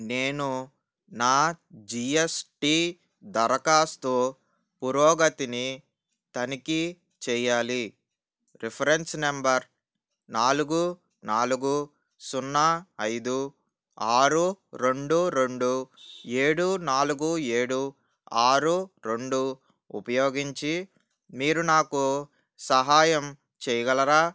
నేను నా G S T దరఖాస్తు పురోగతిని తనిఖీ చెయ్యాలి రిఫరెన్స్ నంబర్ నాలుగు నాలుగు సున్నా ఐదు ఆరు రెండు రెండు ఏడు నాలుగు ఏడు ఆరు రెండు ఉపయోగించి మీరు నాకు సహాయం చేయగలరా